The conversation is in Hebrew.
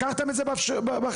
לקחתם את זה בחשבון?